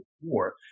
war